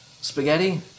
Spaghetti